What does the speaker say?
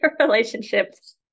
relationships